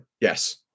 yes